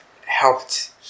helped